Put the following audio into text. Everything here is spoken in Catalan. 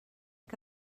que